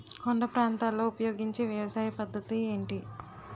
కొండ ప్రాంతాల్లో ఉపయోగించే వ్యవసాయ పద్ధతి ఏంటి?